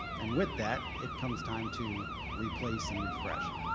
and, with that, it comes time to replace and refresh.